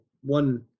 one